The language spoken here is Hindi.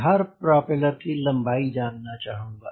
मैं हर प्रोपेलर की लम्बाई जानना चाहूँगा